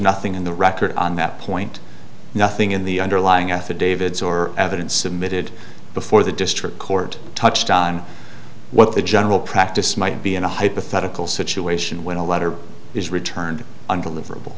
nothing in the record on that point nothing in the underlying affidavits or evidence submitted before the district court touched on what the general practice might be in a hypothetical situation when a letter is returned undeliverable